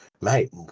mate